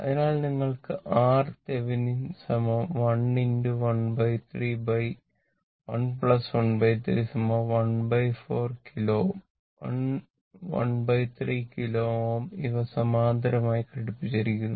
അതിനാൽ നിങ്ങൾക്ക് RThevenin 1 ⅓1⅓ ¼ kilo Ω 1⅓ kilo Ω ഇവ സമാന്തരമായി ഘടിപ്പിച്ചിരിക്കുന്നു